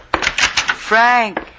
Frank